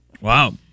Wow